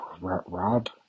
Rob